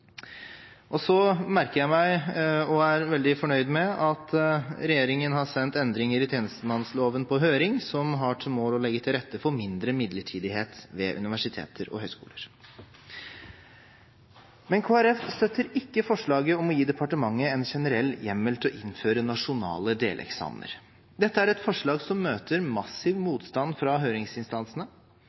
Så merker jeg meg – og er veldig fornøyd med – at regjeringen har sendt på høring forslag til endringer i tjenestemannsloven som har som mål å legge til rette for mindre midlertidighet ved universiteter og høyskoler. Kristelig Folkeparti støtter ikke forslaget om å gi departementet en generell hjemmel til å innføre nasjonale deleksamener. Dette er et forslag som møter massiv motstand fra høringsinstansene.